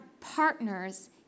partners